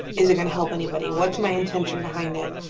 is it going to help anybody? what's my intention behind it?